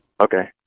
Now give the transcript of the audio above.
Okay